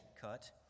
cut